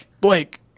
Blake